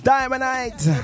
Diamondite